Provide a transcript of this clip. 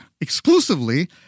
exclusively